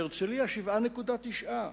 בהרצלייה 7.9,